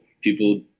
people